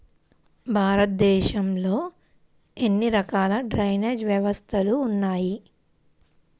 భారతదేశంలో ఎన్ని రకాల డ్రైనేజ్ వ్యవస్థలు ఉన్నాయి?